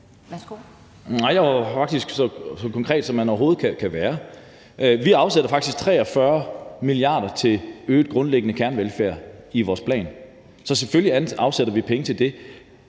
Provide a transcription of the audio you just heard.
(NB): Jeg var faktisk så konkret, som man overhovedet kan være. Vi afsætter faktisk 43 mia. kr. til øget grundlæggende kernevelfærd i vores plan, så selvfølgelig afsætter vi penge til det.